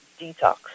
detox